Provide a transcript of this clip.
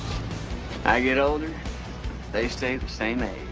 i get older they stay the same age.